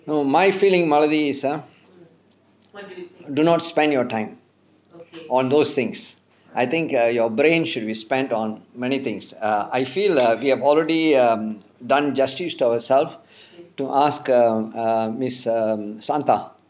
no my feeling malathi is ah do not spend your time on those things I think err your brain should be spent on many things err I feel ah you have already um done justice to ourself to ask um err miss um shanta